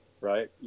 right